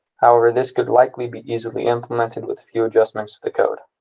however this could likely be easily implemented with few adjustments to the code.